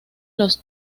los